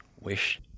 wish